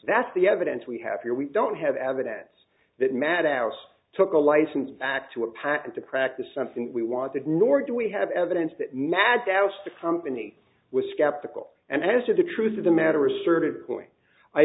that's the evidence we have here we don't have evidence that matt ousts took a license back to a patent to practice something we wanted nor do we have evidence that mad doubts the company was skeptical and as to the truth of the matter asserted point i